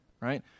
right